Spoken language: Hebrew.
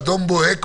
אדום בוהק,